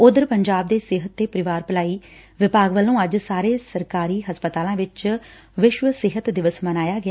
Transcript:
ਉਧਰ ਪੰਜਾਬ ਦੇ ਸਿਹਤ ਤੇ ਪਰਿਵਾਰ ਭਲਾਈ ਵਿਭਾਗ ਵੱਲੋ ਅੱਜ ਸਾਰੇ ਸਰਕਾਰੀ ਹਸਪਤਾਲਾਂ ਵਿਚ ਵਿਸ਼ਵ ਸਿਹਤ ਦਿਵਸ ਮਨਾਇਆ ਗਿਆ